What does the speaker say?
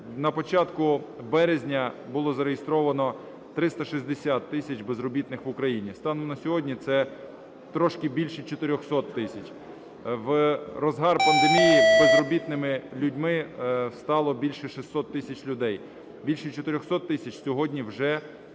На початку березня було зареєстровано 360 тисяч безробітних в Україні, станом на сьогодні це трошки більше 400 тисяч. В розпал пандемії безробітними людьми стало більше 600 тисяч людей. Більше 400 тисяч сьогодні вже